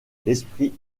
l’esprit